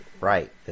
Right